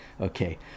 Okay